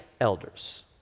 elders